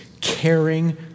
caring